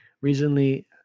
recently